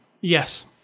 Yes